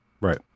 Right